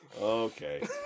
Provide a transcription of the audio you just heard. Okay